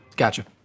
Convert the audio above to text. Gotcha